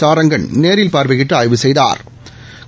சாரங்கன் நேரில் பாாவையிட்டு ஆய்வு செய்தாா்